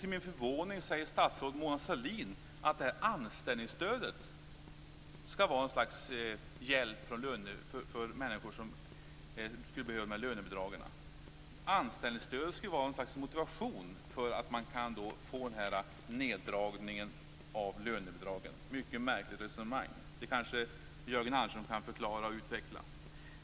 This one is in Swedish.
Till min förvåning säger statsrådet Mona Sahlin att anställningsstödet skall vara ett slags hjälp för människor som skulle behöva lönebidragen, att det skulle vara något slags motivation till neddragningen av lönebidragen. Mycket märkligt resonemang. Det kanske Jörgen Andersson kan förklara och utveckla.